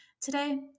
Today